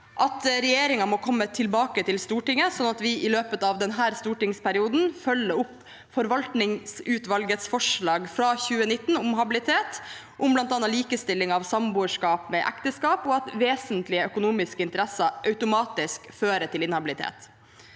at regjeringen må komme tilbake til Stortinget, sånn at vi i løpet av denne stortingsperioden følger opp forvaltningsutvalgets forslag fra 2019 om habilitet, om bl.a. likestilling av samboerskap med ekteskap, og at vesentlige økonomiske interesser automatisk fører til inhabilitet